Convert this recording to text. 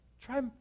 try